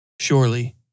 Surely